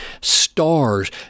stars